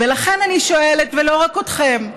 ולכן, אני שואלת, ולא רק אתכם,